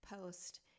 Post